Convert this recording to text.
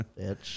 bitch